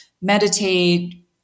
meditate